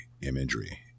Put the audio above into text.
imagery